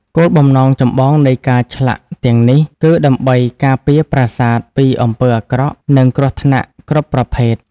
គោលបំណងចម្បងនៃការឆ្លាក់ទាំងនេះ គឺដើម្បីការពារប្រាសាទពីអំពើអាក្រក់ និងគ្រោះថ្នាក់គ្រប់ប្រភេទ។